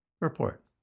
Report